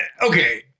okay